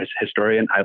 historian